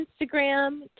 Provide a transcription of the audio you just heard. Instagram